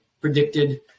predicted